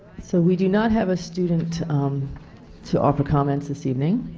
so we do not have a student um to offer comments this evening,